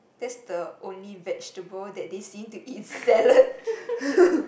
that's the only vegetable that they seem to eat salad